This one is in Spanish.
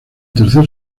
tercer